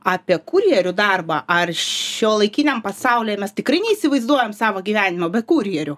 apie kurjerių darbą ar šiuolaikiniam pasaulyje mes tikrai neįsivaizduojam savo gyvenimo be kurjerių